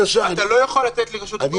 אתה לא יכול לתת לי רשות דיבור --- ביקורת קשה.